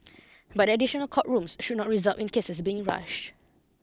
but the additional court rooms should not result in cases being rushed